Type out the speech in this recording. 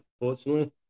unfortunately